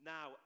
Now